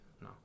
no